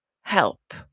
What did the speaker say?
help